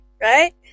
Right